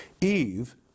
Eve